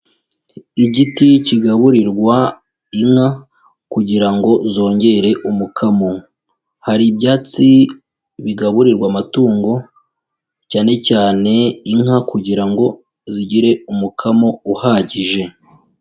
Igiti kigaburirwa inka kugira ngo zongere umukamo, hari ibyatsi bigaburirwa amatungo cyane cyane inka, kugira ngo zigire umukamo uhagije.